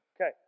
Okay